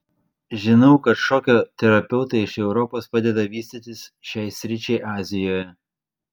žinau kad šokio terapeutai iš europos padeda vystytis šiai sričiai azijoje